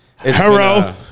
Hello